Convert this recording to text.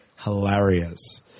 hilarious